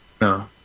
no